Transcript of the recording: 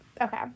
Okay